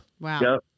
Wow